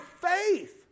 faith